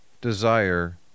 desire